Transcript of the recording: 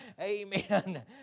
amen